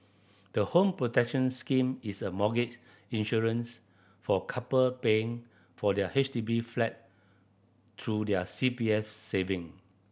the Home Protection Scheme is a mortgage insurance for couple paying for their H D B flat through their C P F saving